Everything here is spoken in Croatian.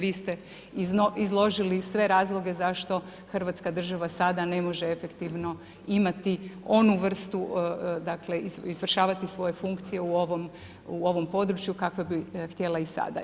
Vi ste izložili sve razloge zašto Hrvatska država sada ne može efektivno imati onu vrstu dakle, izvršavati svoje funkcije u ovom području, kako bi htjela i sada.